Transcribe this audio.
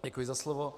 Děkuji za slovo.